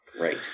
Right